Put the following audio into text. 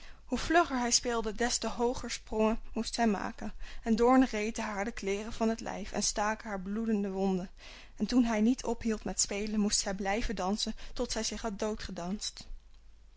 hoe vlugger hij speelde des te hooger sprongen moest zij maken en de doornen reten haar de kleêren van het lijf en staken haar bloedende wonden en toen hij niet ophield met spelen moest zij blijven dansen tot zij zich